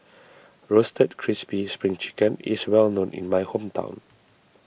Roasted Crispy Spring Chicken is well known in my hometown